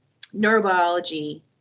neurobiology